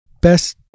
best